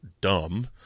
dumb